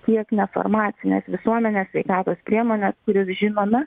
tiek nefarmacines visuomenės sveikatos priemones kurias žinome